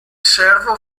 servo